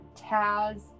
Taz